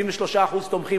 73% תומכים,